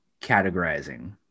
categorizing